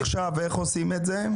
איך עושים את זה עכשיו?